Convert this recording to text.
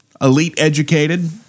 elite-educated